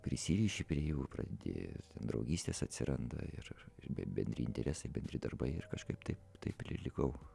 prisiriši prie jų pradedi ten draugystės atsiranda ir ir bendri interesai bendri darbai ir kažkaip taip taip ir likau